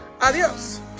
Adiós